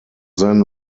then